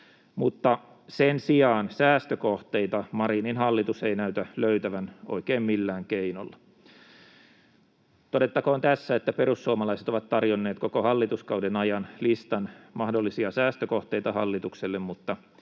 mutta sen sijaan säästökohteita Marinin hallitus ei näytä löytävän oikein millään keinolla. Todettakoon tässä, että perussuomalaiset ovat tarjonneet koko hallituskauden ajan listan mahdollisista säästökohteista hallitukselle, mutta